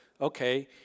okay